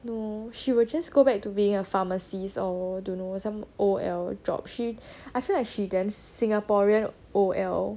hmm she will just go back to being a pharmacist or don't know some O_L job she I feel like she then singaporean O_L